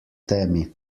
temi